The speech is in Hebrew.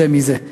זה מזה.